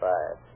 Five